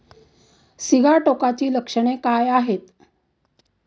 सिगाटोकाची लक्षणे काय आहेत?